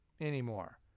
anymore